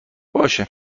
باشه